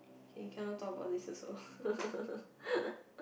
okay cannot talk about this also